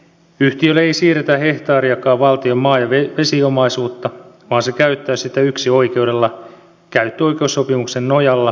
yhtiölle ei siirretä hehtaariakaan valtion maa ja vesiomaisuutta vaan se käyttää sitä yksinoikeudella käyttöoikeussopimuksen nojalla ja huom